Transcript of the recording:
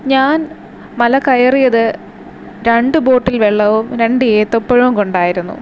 ഞാൻ മല കയറിയത് രണ്ടു ബോട്ടിൽ വെള്ളവും രണ്ട് ഏത്തപ്പഴവും കൊണ്ടായിരുന്നു